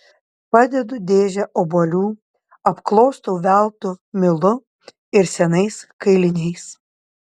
padedu dėžę obuolių apklostau veltu milu ir senais kailiniais